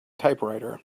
typewriter